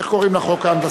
איך קוראים לחוק?